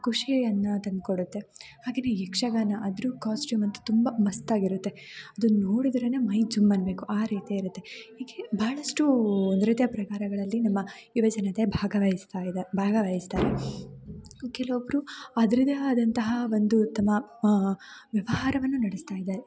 ಖುಷಿಯನ್ನು ತಂದು ಕೊಡುತ್ತೆ ಹಾಗೆಯೇ ಯಕ್ಷಗಾನ ಅದ್ರ ಕಾಸ್ಟ್ಯೂಮ್ ಅಂತೂ ತುಂಬ ಮಸ್ತಾಗಿರುತ್ತೆ ಅದನ್ನ ನೋಡಿದ್ರೇ ಮೈ ಜುಮ್ ಅನ್ನಬೇಕು ಆ ರೀತಿ ಇರುತ್ತೆ ಹೀಗೆ ಭಾಳಷ್ಟು ನೃತ್ಯ ಪ್ರಕಾರಗಳಲ್ಲಿ ನಮ್ಮ ಯುವಜನತೆ ಭಾಗವಹಿಸ್ತಾ ಇದೆ ಭಾಗವಹಿಸ್ತಾರೆ ಕೆಲವೊಬ್ಬರು ಅದ್ರದ್ದೇ ಆದಂತಹ ಒಂದು ತಮ್ಮ ವ್ಯವಹಾರವನ್ನು ನಡೆಸ್ತಾ ಇದ್ದಾರೆ